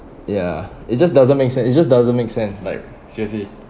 ya it just doesn't make sense it just doesn't make sense like seriously